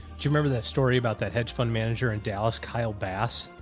do you remember that story about that hedge fund manager in dallas, kyle bass,